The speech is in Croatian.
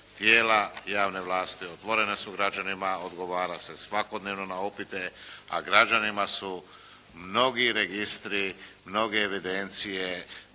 tijela javne vlasti otvorena su građanima, odgovara se svakodnevno na upite, a građanima su mnogi registri, mnoge evidencije,